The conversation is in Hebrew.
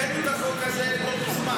הבאתי את החוק הזה לא מזמן,